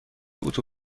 اتو